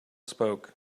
spoke